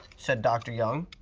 said dr. young.